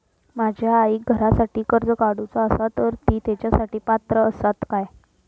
माझ्या आईक घरासाठी कर्ज काढूचा असा तर ती तेच्यासाठी पात्र असात काय?